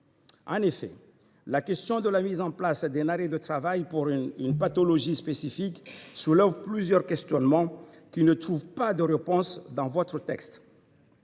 En effet, la mise en place d’un arrêt de travail pour une pathologie spécifique soulève plusieurs questionnements, qui ne trouvent pas de réponses dans ce texte.